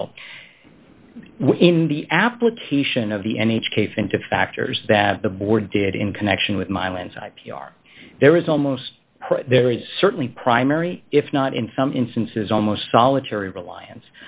still in the application of the any case into factors that the board did in connection with mylan side p r there is almost there is certainly primary if not in some instances almost solitary reliance